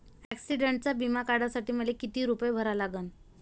ॲक्सिडंटचा बिमा काढा साठी मले किती रूपे भरा लागन?